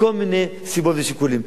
מכל מיני סיבות ושיקולים.